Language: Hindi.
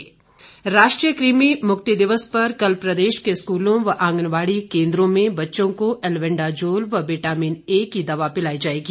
कृमि दिवस राष्ट्रीय कृमि मुक्ति दिवस पर कल प्रदेश के स्कूलों व आंगनबाड़ी केंद्रों में बच्चों को एल्बेंडाजोल व विटामिन ए की दवा पिलाई जाएगी